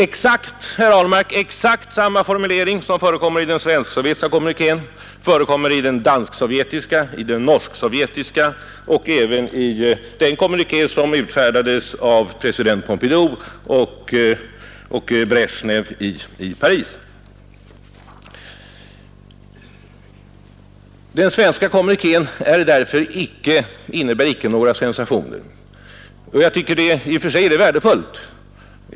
Exakt samma formulering, herr Ahlmark, som förekommer i den svensk-sovjetiska kommunikéen förekommer också i den dansk-sovjetiska och i den norsk-sovjetiska kommunikén liksom i den kommuniké som utfärdades av president Pompidou och Bresjnev i Paris. Den svenska kommunikén innebär därför icke några sensationer, och jag tycker i och för sig att detta är värdefullt.